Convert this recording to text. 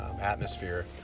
atmosphere